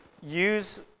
use